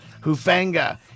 Hufanga